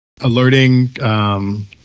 alerting